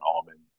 almond